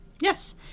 Yes